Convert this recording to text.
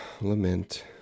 Lament